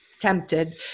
tempted